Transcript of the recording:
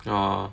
orh